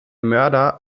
mörder